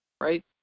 right